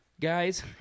Guys